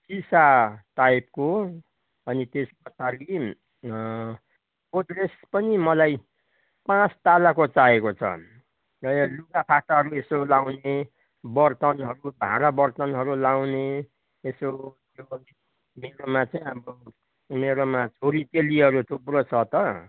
सिसा टाइपको अनि त्यस पछाडि गोद्रेज पनि मलाई पाँच तलाको चाहिएको छ र लुगाफाटाहरू यसो लाउने वर्तनहरू भाँडा वर्तनहरू लाउने यसो त्यो मेरोमा चाहिँ अब मेरोमा छोरीचेलीहरू थुप्रो छ त